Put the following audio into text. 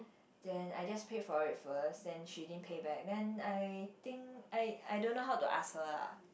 then I just paid for it first then she didn't pay back then I think I I don't know how to ask her lah